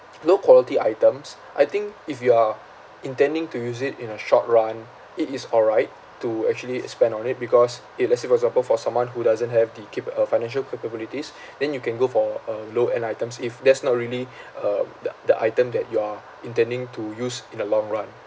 low quality items I think if you are intending to use it in a short run it is alright to actually spend on it because kay let's say for example for someone who doesn't have the keep uh financial capabilities then you can go for uh low end items if that's not really um the the item that you are intending to use in the long run